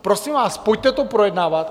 Prosím vás, pojďte to projednávat.